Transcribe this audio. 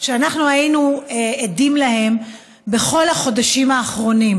שאנחנו היינו עדים להם בכל החודשים האחרונים,